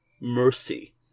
mercy